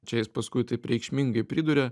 čia jis paskui taip reikšmingai priduria